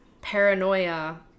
paranoia